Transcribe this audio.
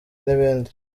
n’ibindi